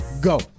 go